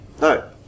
No